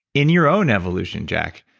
in your own evolution jack,